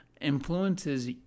influences